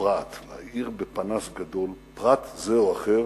פרט כלשהו, להאיר בפנס גדול פרט זה או אחר